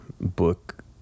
book